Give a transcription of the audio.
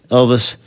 Elvis